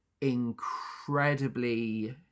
incredibly